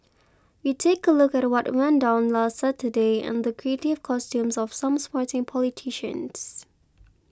we take a look at what went down last Saturday and the creative costumes of some sporting politicians